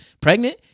pregnant